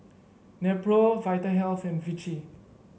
Nepro Vitahealth and Vichy